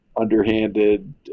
underhanded